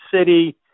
city